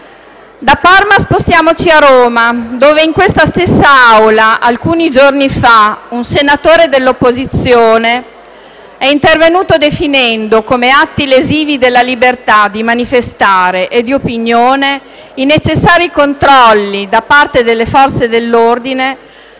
Da Parma spostiamoci a Roma dove in questa stessa Aula, alcuni giorni fa, un senatore dell'opposizione è intervenuto definendo come atti lesivi della libertà di manifestare e di opinione i necessari controlli da parte delle Forze dell'ordine